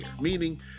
Meaning